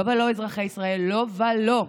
לא ולא, אזרחי ישראל, לא ולא.